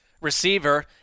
receiver—